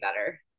better